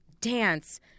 dance